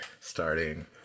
Starting